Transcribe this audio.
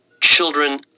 children